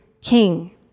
King